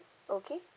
okay